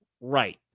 Right